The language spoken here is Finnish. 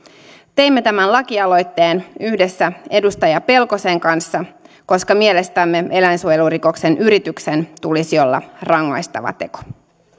teimme tämän laki aloitteen yhdessä edustaja pelkosen kanssa koska mielestämme eläinsuojelurikoksen yrityksen tulisi olla rangaistava teko